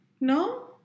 no